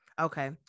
Okay